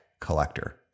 collector